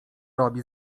robi